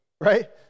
right